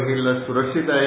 ही लस सुरक्षित आहे